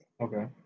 Okay